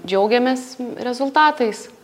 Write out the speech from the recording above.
džiaugiamės rezultatais